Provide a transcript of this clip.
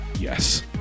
yes